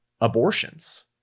abortions